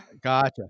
Gotcha